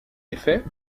effet